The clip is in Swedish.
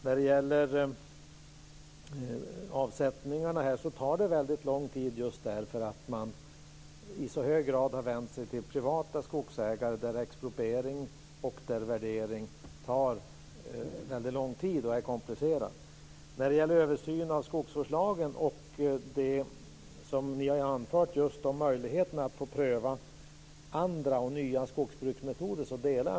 Vad gäller avsättningarna tar det väldigt lång tid just därför att man i så hög grad har vänt sig till privata skogsägare då expropriering och värdering tar väldigt lång tid och är komplicerad. Jag delar Miljöpartiets uppfattning om en översyn av skogsvårdslagen och det som anförts om möjligheterna att pröva andra och nya skogsbruksmetoder.